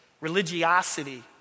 religiosity